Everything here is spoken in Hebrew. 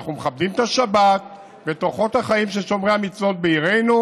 אנחנו מכבדים את השבת ואת אורחות החיים של שומרי המצוות בעירנו,